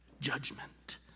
judgment